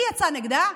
מי יצאה נגדה?